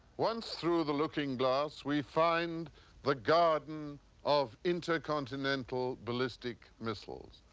once through the looking glass we find the garden of intercontinental ballistic missiles.